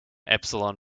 epsilon